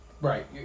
Right